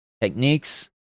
techniques